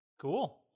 Cool